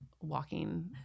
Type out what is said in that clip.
walking